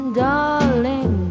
darling